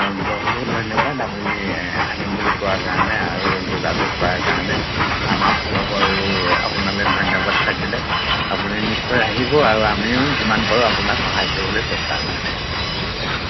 অঁ বহুত বহুত ধন্যবাদ আপুনি আহিম বুলি কোৱাৰ কাৰণে আৰু যোগাযোগ কৰাৰ কাৰণে আমাৰ ফালৰ পৰাও আপোনালে ধন্যবাদ থাকিলে আপুনি নিশ্চয় আহিব আৰু আমিও যিমান পাৰোঁ আপোনাক সহায় কৰিবলৈ চেষ্টা কৰিম